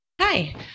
Hi